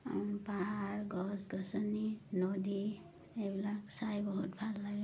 আৰু পাহাৰ গছ গছনি নদী এইবিলাক চাই বহুত ভাল লাগে